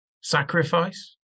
sacrifice